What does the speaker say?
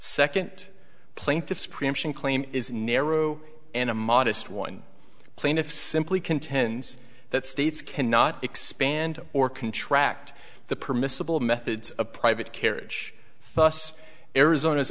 second plaintiff's preemption claim is narrow and a modest one plaintiff simply contends that states cannot expand or contract the permissible methods of private carriage fuss arizona's